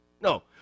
No